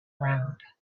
round